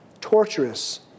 torturous